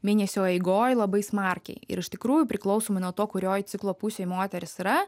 mėnesio eigoj labai smarkiai ir iš tikrųjų priklausomai nuo to kurioj ciklo pusėj moteris yra